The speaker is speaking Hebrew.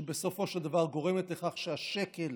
שבסופו של דבר גורמת לכך שהשקל